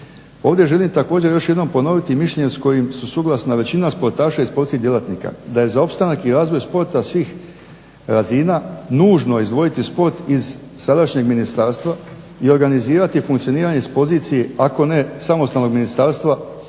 Ovdje želim također ponoviti mišljenja s kojim su suglasna većina sportaša i sportskih djelatnika da je za opstanak i razvoj sporta svih razina nužno izdvojiti sport iz sadašnjeg ministarstva i omogućiti funkcioniranje s pozicije ako ne samostalnog ministarstva